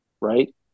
Right